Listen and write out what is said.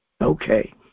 okay